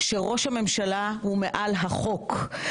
שראש הממשלה הוא מעל החוק,